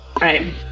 right